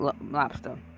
lobster